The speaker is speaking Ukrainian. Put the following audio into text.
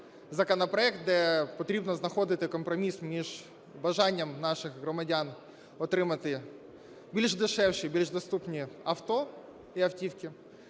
законопроект, де потрібно знаходити компроміс між бажанням наших громадян отримати більш дешевші, більш доступні авто і автівки,